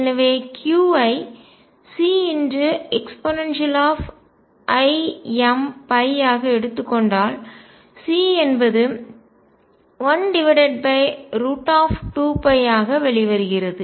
எனவே Q ஐ Ceimϕ ஆக எடுத்துக் கொண்டால் C என்பது 12π ஆக வெளிவருகிறது